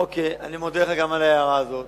אוקיי, אני מודה לך גם על ההערה הזאת.